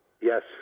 Yes